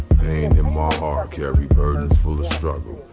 ah carry burdens full of struggle.